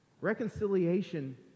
Reconciliation